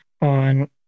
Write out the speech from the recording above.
on